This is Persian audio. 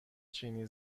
چینی